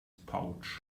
pouch